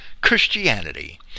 Christianity